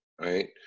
right